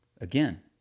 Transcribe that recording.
again